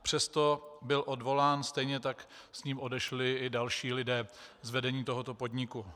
Přesto byl odvolán, stejně tak s ním odešli i další lidé z vedení tohoto podniku.